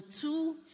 two